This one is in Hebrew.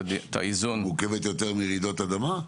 האיזון --- היא יותר מורכבת מרעידות אדמה?